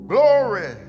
Glory